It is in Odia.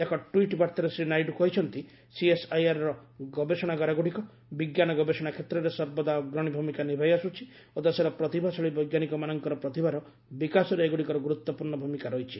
ଏକ ଟ୍ୱିଟ୍ ବାର୍ତ୍ତାରେ ଶ୍ରୀ ନାଇଡୁ କହିଛନ୍ତି ସିଏସ୍ଆଇଆର୍ର ଗବେଷଣାଗାରଗୁଡ଼ିକ ବିଞ୍ଜାନ ଗବେଷଣା କ୍ଷେତ୍ରରେ ସର୍ବଦା ଅଗ୍ରଣୀ ଭୂମିକା ନିଭାଇ ଆସୁଛି ଓ ଦେଶର ପ୍ରତିଭାଶାଳୀ ବୈଜ୍ଞାନିକମାନଙ୍କର ପ୍ରତିଭାର ବିକାଶରେ ଏଗୁଡ଼ିକର ଗୁରୁତ୍ୱପୂର୍ଣ୍ଣ ଭୂମିକା ରହିଛି